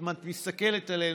אבל אם את מסתכלת עלינו,